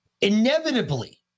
Inevitably